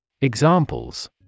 Examples